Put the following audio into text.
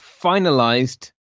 finalized